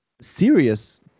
serious